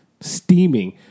steaming